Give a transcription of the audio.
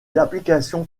applications